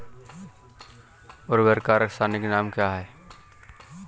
उर्वरक का रासायनिक नाम क्या है?